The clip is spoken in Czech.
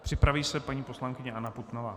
Připraví se paní poslankyně Anna Putnová.